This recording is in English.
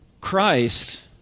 Christ